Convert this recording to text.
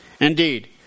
Indeed